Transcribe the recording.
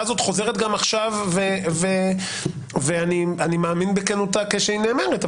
הזאת חוזרת גם עכשיו ואני מאמין בכנותה כשהיא נאמרת,